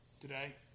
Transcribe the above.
today